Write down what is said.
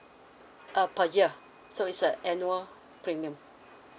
uh per year so is a annual premium